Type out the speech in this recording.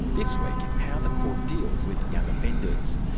this week, how the court deals with young offenders.